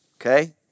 okay